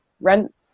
rent